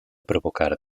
provocar